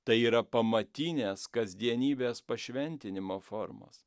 tai yra pamatinės kasdienybės pašventinimo formos